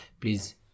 Please